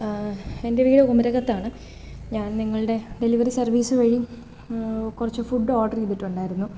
എൻ്റെ വീട് കുമരകത്താണ് ഞാൻ നിങ്ങളുടെ ഡെലിവറി സർവ്വീസ് വഴി കുറച്ചു ഫുഡ് ഓഡർ ചെയ്തിട്ടുണ്ടായിരുന്നു